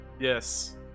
Yes